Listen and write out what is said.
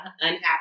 unhappy